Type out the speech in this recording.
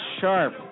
Sharp